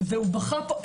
ובכה פה,